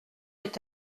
est